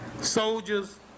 soldiers